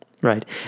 Right